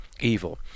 evil